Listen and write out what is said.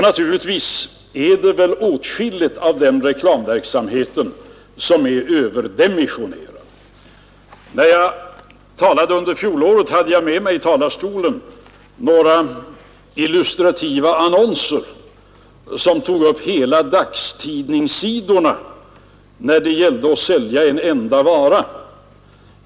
Naturligtvis är åtskilligt av den reklamverksamheten överdimensionerat. När jag talade under fjolåret hade jag med mig i talarstolen några illustrativa annonser, som tog upp hela dagstidningssidor för att sälja en enda vara.